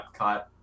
Epcot